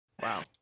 wow